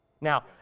Now